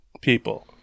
people